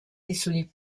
disponibles